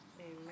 Amen